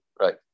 Right